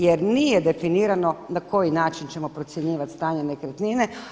Jer nije definirano na koji način ćemo procjenjivati stanje nekretnine.